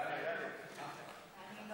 השרה.